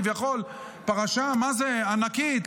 כביכול פרשה מה זה ענקית,